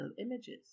images